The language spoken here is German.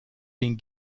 den